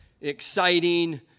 exciting